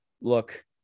look